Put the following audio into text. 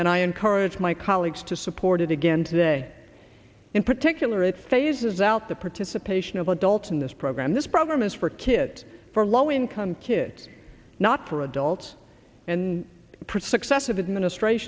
and i encourage my colleagues to support it again today in particular it phases out the participation of adults in this program this program is for kids for low income kids not for adults and pretty successful administrat